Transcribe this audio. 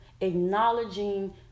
acknowledging